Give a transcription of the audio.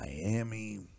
Miami